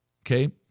okay